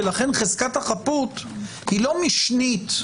ולכן חזקת החפות לא משנית,